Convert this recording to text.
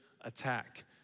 attack